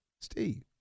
Steve